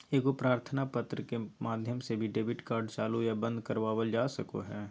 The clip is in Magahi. एगो प्रार्थना पत्र के माध्यम से भी डेबिट कार्ड चालू या बंद करवावल जा सको हय